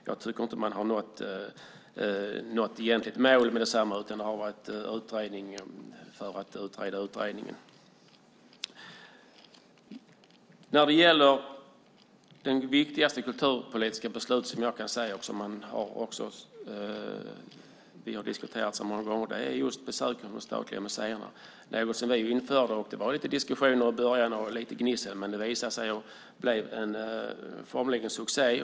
Jag tycker inte att man haft något egentligt mål med utredningen, utan det har varit utredning för utrednings skull. Det som jag anser vara det viktigaste kulturpolitiska beslutet, och som vi diskuterat många gånger, gäller besöken på de statliga museerna. Vi införde fritt inträde. Det var en del diskussioner och gnissel i början, men det visade sig vara en succé.